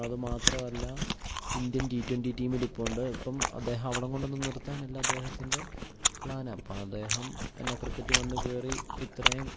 അതു മാത്രമല്ല Indian T twenty ടീമിൽ ഇപ്പം ഉണ്ട് ഇപ്പം അദ്ദേഹം അവിടം കൊണ്ടൊന്നും നിർത്താനല്ല അദ്ദേഹത്തിൻ്റെ പ്ലാന് അപ്പദ്ദേഹം എന്നാൽ ക്രിക്കറ്റിൽ വന്നു കയറി ഇത്രയും